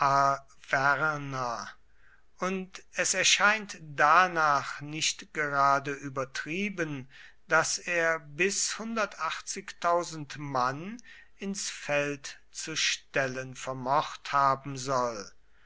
und es erscheint danach nicht gerade übertrieben daß er bis mann ins feld zu stellen vermocht haben soll